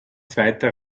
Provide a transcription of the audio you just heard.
zweiter